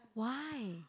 why